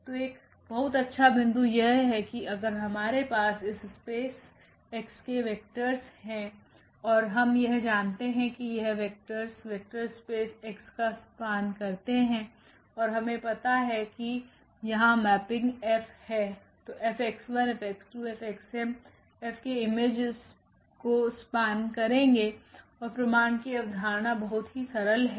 तो एक बहुत अच्छा बिंदु यहाँ यह है की अगर हमारे पास इस स्पेस x के वेक्टरस हैं और हम यह जानते हैं कि यह वेक्टरस वेक्टर स्पेस x का स्पेन करते है और हमे पता है की यहाँ मेपिंग 𝐹है तो𝐹𝑥1𝐹𝑥2F𝑥𝑚 F के इमेज कोस्पेन करेगेऔर प्रमाण की अवधारणा बहुत ही सरल है